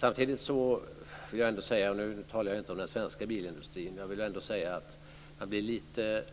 Samtidigt vill jag ändå säga, och då talar jag inte om den svenska bilindustrin, att man blir lite